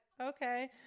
okay